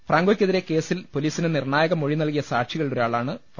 ഫ്രാങ്കോയ്ക്കെതിരായ കേസിൽ പൊലീസിന് നിർണ്ണായക മൊഴി നൽകിയ സാക്ഷികളിലൊരാളാണ് ഫാ